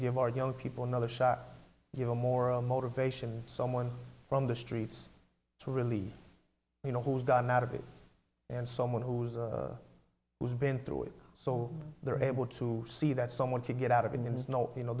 give our young people another shot even more motivation someone from the streets to relieve you know who's gotten out of it and someone who's who's been through it so they're able to see that someone can get out of it is no you know